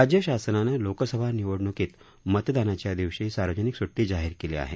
राज्य शासनानं लोकसभा निवडणूकीत मतदानाच्या दिवशी सार्वजनिक स्टटी जाहीर केली आहे